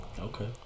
Okay